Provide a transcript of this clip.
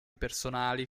personali